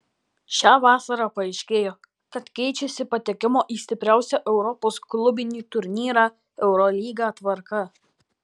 šią vasarą paaiškėjo kad keičiasi patekimo į stipriausią europos klubinį turnyrą eurolygą tvarka